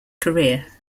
career